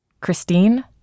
Christine